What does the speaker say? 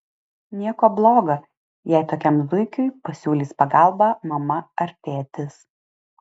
nieko bloga jei tokiam zuikiui pasiūlys pagalbą mama ar tėtis